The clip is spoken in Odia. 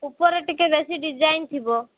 ଉପରେ ଟିକେ ବେଶୀ ଡିଜାଇନ୍ ଥିବ